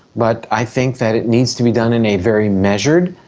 but i think that it needs to be done in a very measured,